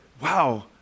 wow